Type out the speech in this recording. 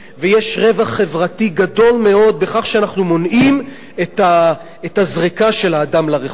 ויש רווח חברתי גדול מאוד בכך שאנחנו מונעים את הזריקה של האדם לרחוב.